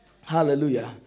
Hallelujah